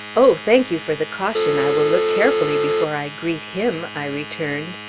oh, thank you for the caution! i will look carefully before i greet him! i returned,